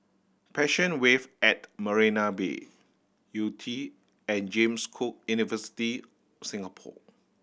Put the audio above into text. Passion Wave at Marina Bay Yew Tee and James Cook University Singapore